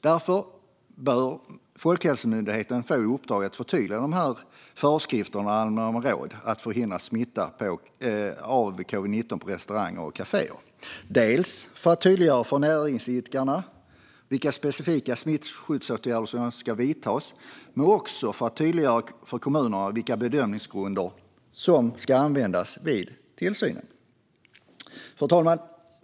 Därför bör Folkhälsomyndigheten få i uppdrag att förtydliga dessa föreskrifter och allmänna råd om att förhindra smitta av covid-19 på restauranger och kaféer - dels för att tydliggöra för näringsidkarna vilka specifika smittskyddsåtgärder som ska vidtas, dels för att tydliggöra för kommunerna vilka bedömningsgrunder som ska användas vid tillsynen. Fru talman!